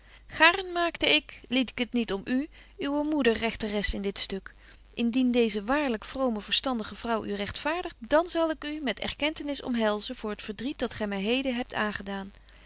gaarn maakte ik liet ik het niet om u uwe moeder rechteres in dit stuk indien deeze waarlyk vrome verstandige vrouw u rechtvaardigt dan zal ik u met erkentenis omhelzen voor het verdriet dat gy my heden hebt aangedaan